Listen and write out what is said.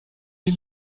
est